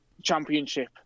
championship